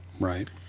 right